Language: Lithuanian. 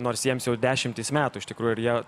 nors jiems jau dešimtys metų iš tikrųjų ir jie